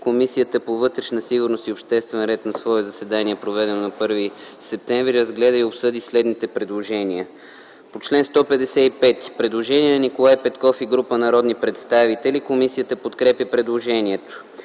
Комисията по вътрешна сигурност и обществен ред на свое заседание, проведено на 1 септември 2010 г. разгледа и обсъди следните предложения. По чл. 155 предложение на Николай Петков и група народни представители. Комисията подкрепя предложението.